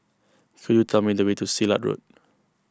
could you tell me the way to Silat Road